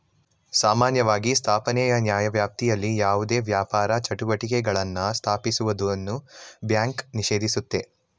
ಸಾಮಾನ್ಯವಾಗಿ ಸ್ಥಾಪನೆಯ ನ್ಯಾಯವ್ಯಾಪ್ತಿಯಲ್ಲಿ ಯಾವುದೇ ವ್ಯಾಪಾರ ಚಟುವಟಿಕೆಗಳನ್ನ ಸ್ಥಾಪಿಸುವುದನ್ನ ಬ್ಯಾಂಕನ್ನ ನಿಷೇಧಿಸುತ್ತೆ